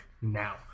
now